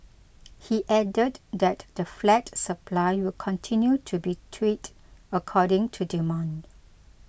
he added that the flat supply will continue to be tweaked according to demand